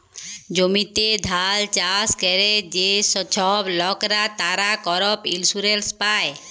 জমিতে ধাল চাষ ক্যরে যে ছব লকরা, তারা করপ ইলসুরেলস পায়